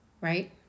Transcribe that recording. right